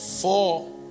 four